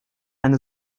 eine